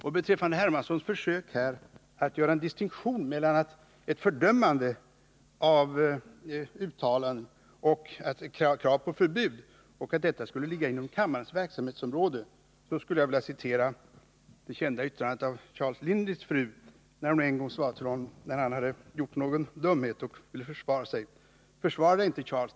Vad beträffar herr Hermanssons försök att göra en distinktion mellan ett fördömande av dessa uttalanden och krav på förbud och hans åsikt att detta skulle ligga inom kammarens verksamhetsområde skulle jag vilja citera det kända yttrandet av Charles Lindleys fru, som hon fällde en gång då han gjort någon dumhet och ville försvara sig: ”Försvara dig inte, Charles.